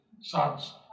sons